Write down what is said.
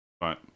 right